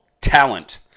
talent